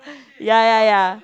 ya ya ya